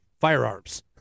firearms